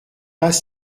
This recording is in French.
pas